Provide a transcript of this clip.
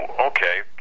okay